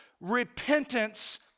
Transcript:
repentance